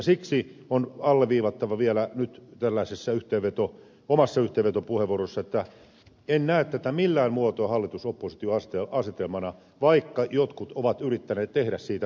siksi on alleviivattava vielä tällaisessa omassa yhteenvetopuheenvuorossa että en näe tätä millään muotoa hallitusoppositio asetelmana vaikka jotkut ovat yrittäneet tehdä siitä sellaisen